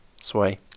Sway